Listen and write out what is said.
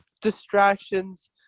distractions